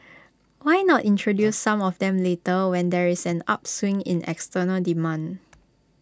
why not introduce some of them later when there is an upswing in external demand